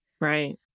right